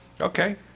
Okay